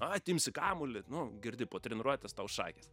atimsi kamuolį nu girdi po treniruotės tau šakės